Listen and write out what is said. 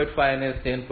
5 અને 5